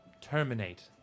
terminate